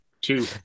Two